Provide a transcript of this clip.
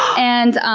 and